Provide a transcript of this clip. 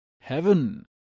Heaven